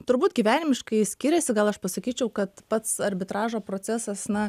turbūt gyvenimiškai skiriasi gal aš pasakyčiau kad pats arbitražo procesas na